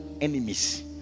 enemies